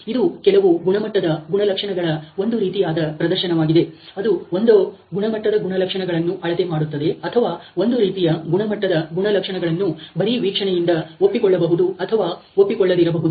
ಇದು ಕೆಲವು ಗುಣಮಟ್ಟದ ಗುಣಲಕ್ಷಣಗಳ ಒಂದು ರೀತಿಯಾದ ಪ್ರದರ್ಶನವಾಗಿದೆ ಅದು ಒಂದೋ ಗುಣಮಟ್ಟದ ಗುಣಲಕ್ಷಣಗಳನ್ನು ಅಳತೆ ಮಾಡುತ್ತದೆ ಅಥವಾ ಒಂದು ರೀತಿಯ ಗುಣಮಟ್ಟದ ಗುಣಲಕ್ಷಣಗಳನ್ನು ಬರಿ ವೀಕ್ಷಣೆಯಿಂದ ಒಪ್ಪಿಕೊಳ್ಳಬಹುದು ಅಥವಾ ಒಪ್ಪಿಕೊಳ್ಳದಿರಬಹುದು